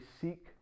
seek